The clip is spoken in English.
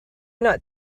not